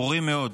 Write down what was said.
ברורים מאוד,